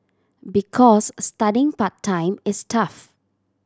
because studying part time is tough